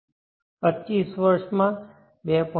25 વર્ષમાં 2